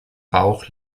bauch